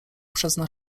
przezna